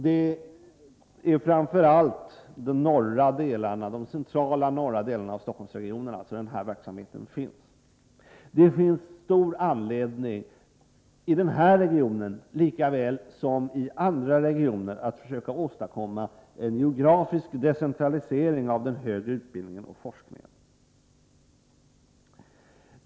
Det är framför allt i de centrala och norra delarna av Stockholmsregionen som denna verksamhet finns. I denna region, lika väl som i andra, är det stor anledning att försöka åstadkomma en geografisk decentralisering av den högre utbildningen och forskningen.